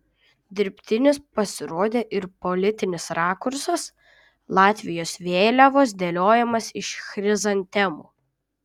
dirbtinis pasirodė ir politinis rakursas latvijos vėliavos dėliojimas iš chrizantemų